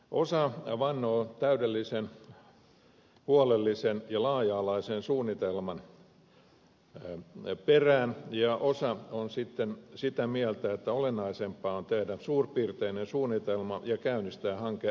osa vannoo täydellisen huolellisen ja laaja alaisen suunnitelman perään ja osa on sitten sitä mieltä että olennaisempaa on tehdä suurpiirteinen suunnitelma ja käynnistää hanke ripeästi